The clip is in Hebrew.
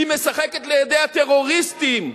היא משחקת לידי הטרוריסטים.